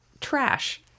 trash